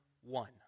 one